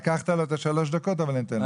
לקחת לו את ה-3 דקות, אבל אני אתן לו.